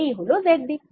এই হল z দিক